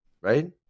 right